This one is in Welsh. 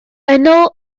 yno